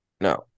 no